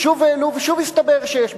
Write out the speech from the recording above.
ושוב העלו ושוב הסתבר שיש,